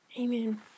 Amen